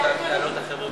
זה הכלל.